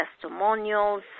testimonials